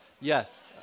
yes